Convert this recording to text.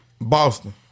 Boston